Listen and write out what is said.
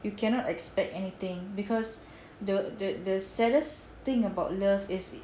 you cannot expect anything because the the the saddest thing about love is